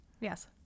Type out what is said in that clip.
Yes